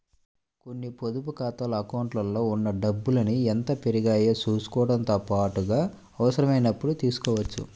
కొన్ని పొదుపు ఖాతాల అకౌంట్లలో ఉన్న డబ్బుల్ని ఎంత పెరిగాయో చూసుకోవడంతో పాటుగా అవసరమైనప్పుడు తీసుకోవచ్చు